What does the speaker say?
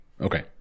Okay